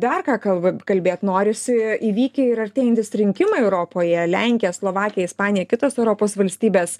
dar ką kalba kalbėt norisi įvykę ir artėjantys rinkimai europoje lenkija slovakija ispanija kitos europos valstybės